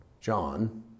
John